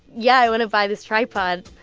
yeah, i want to buy this tripod.